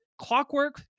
Clockwork